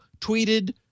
tweeted